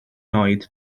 oed